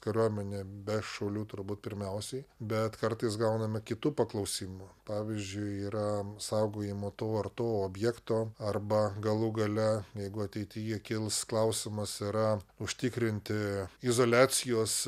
kariuomenė be šaulių turbūt pirmiausiai bet kartais gauname kitų paklausimų pavyzdžiui yra saugojimo to ar to objekto arba galų gale jeigu ateityje kils klausimas yra užtikrinti izoliacijos